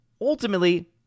ultimately